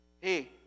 Hey